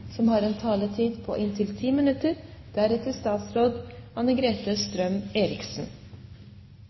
ordet, har en taletid på inntil 3 minutter.